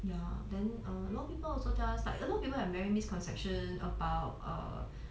ya then err a lot of people also tell us like a lot of people have many misconceptions about err